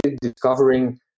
discovering